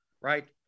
right